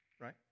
right